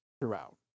throughout